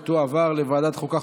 ותועבר לוועדת חוקה,